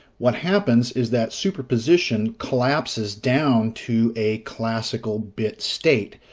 what happens is that superposition collapses down to a classical bit state.